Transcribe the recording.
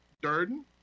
Durden